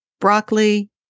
broccoli